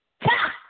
Ha